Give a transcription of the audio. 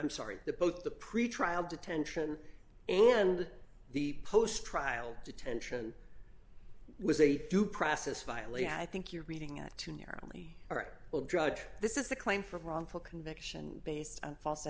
i'm sorry the both the pretrial detention and the post trial detention was a due process violate i think you're reading it too narrowly or well drudge this is the claim for wrongful conviction based on false